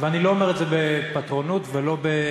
ואני לא אומר את זה בפטרונות ולא בציניות,